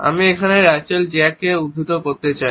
আমি এখানে র্যাচেল জ্যাককে উদ্ধৃত করতে চাই